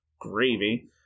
gravy